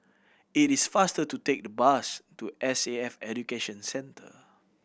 it is faster to take the bus to S A F Education Centre